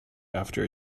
after